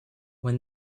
when